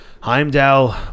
Heimdall